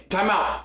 Timeout